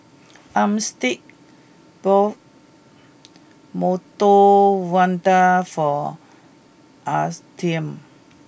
Armstead bought Medu Vada for Astian